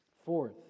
Fourth